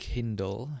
Kindle